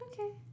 Okay